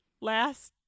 last